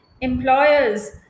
employers